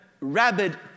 rabid